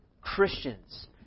Christians